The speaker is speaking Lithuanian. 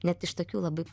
net iš tokių labai